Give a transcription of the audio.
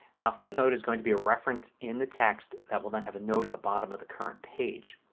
now a footnote is going to be a reference in the text that will then have a note at the bottom of the current page.